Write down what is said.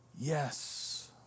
yes